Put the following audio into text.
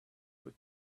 with